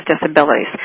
disabilities